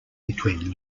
between